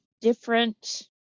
different